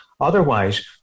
otherwise